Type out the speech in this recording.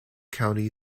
county